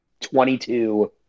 22